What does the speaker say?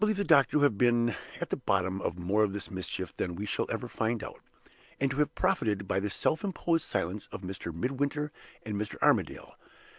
i believe the doctor to have been at the bottom of more of this mischief than we shall ever find out and to have profited by the self-imposed silence of mr. midwinter and mr. armadale,